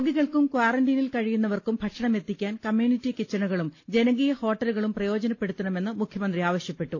രോഗികൾക്കും ക്വാറന്റൈനിൽ കഴിയുന്നവർക്കും ഭക്ഷണമെത്തിക്കാൻ കമ്മ്യൂണിറ്റി കിച്ചനുകളും ജനകീയ ഹോട്ടലുകളും പ്രയോജനപ്പെടുത്തണമെന്ന് മുഖ്യമന്ത്രി ആവശ്യപ്പെട്ടു